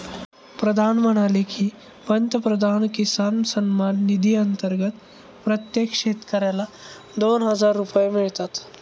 प्रधान म्हणाले की, पंतप्रधान किसान सन्मान निधी अंतर्गत प्रत्येक शेतकऱ्याला दोन हजार रुपये मिळतात